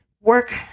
work